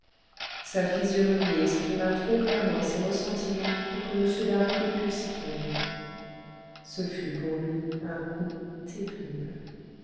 sa physionomie exprima trop clairement ses ressentiments pour que m d'harville pût s'y tromper ce coup fut pour lui terrible